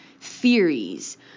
theories